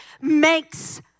makes